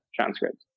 transcripts